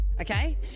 okay